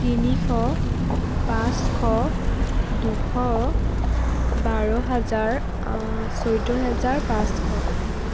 তিনিশ পাঁচশ দুশ বাৰ হাজাৰ চৈধ্য হেজাৰ পাঁচশ